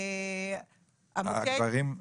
הגברים?